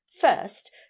first